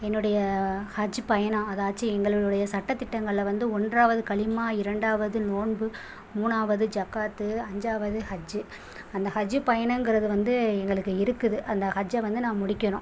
என்னுடைய ஹஜ்ஜி பயணம் அதாச்சும் எங்களுடைய சட்டதிட்டங்களில் வந்து ஒன்றாவது கலிமா இரண்டாவது நோன்பு மூணாவது ஜக்காத்து அஞ்சாவது ஹஜ்ஜி அந்த ஹஜ்ஜி பயணங்கிறது வந்து எங்களுக்கு இருக்குது அந்த ஹஜ்ஜை வந்து நான் முடிக்கணும்